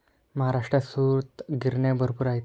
महाराष्ट्रात सूतगिरण्या भरपूर आहेत